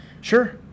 Sure